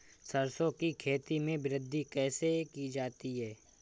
सरसो की खेती में वृद्धि कैसे की जाती है?